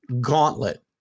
gauntlet